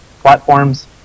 platforms